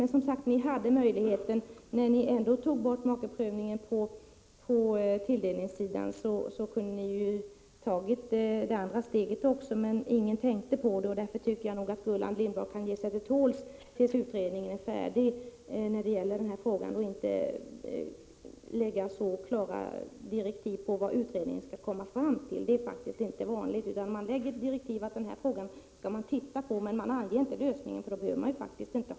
Men som sagt, när ni tog bort makeprövningen på tilldelningssidan hade ni möjlighet att ta även det andra steget, men ingen tänkte på det. Därför tycker jag att Gullan Lindblad kan ge sig till tåls tills utredningen är klar och inte begära så klara direktiv om vad utredningen skall komma fram till. Det är faktiskt inte vanligt. Man lägger fram ett direktiv om att en viss fråga skall ses över, men man anger inte 31 lösningen.